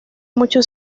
mucho